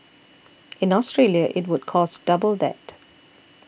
in Australia it would cost double that